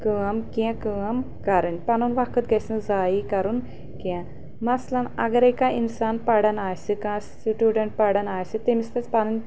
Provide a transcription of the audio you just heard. کٲم کینٛہہ کٲم کرٕنۍ پنُن وقت گژھِ نہٕ زایہِ کرُن کینٛہہ مثلن اگرے کانٛہہ انسان پران آسہِ کانٛہہ سٹوٗڈنٛٹ پران آسہِ تٔمِس پزِ پنٕنۍ